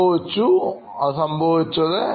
സംഭവിച്ചു അത് സംഭവിച്ചത്